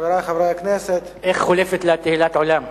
חברי חברי הכנסת, איך חולפת לה תהילת עולם.